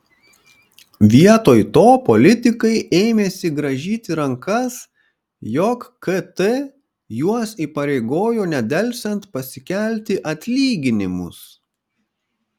vietoj to politikai ėmėsi grąžyti rankas jog kt juos įpareigojo nedelsiant pasikelti atlyginimus